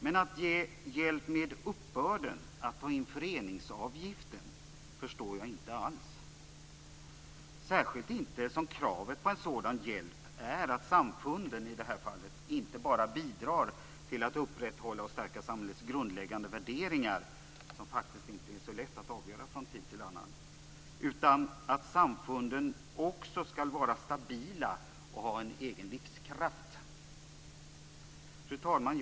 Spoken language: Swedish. Men att ge hjälp med uppbörden, med att ta in föreningsavgiften, förstår jag inte alls, särskilt inte som kravet på en sådan hjälp är att samfunden i det här fallet inte bara bidrar till att upprätthålla och stärka samhällets grundläggande värderingar - något som faktiskt inte är så lätt att avgöra från tid till annan - utan att samfunden också ska vara stabila och ha en egen livskraft. Fru talman!